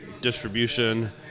distribution